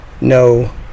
no